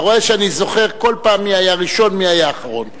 אתה רואה שאני זוכר כל פעם מי היה ראשון ומי היה אחרון.